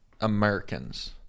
Americans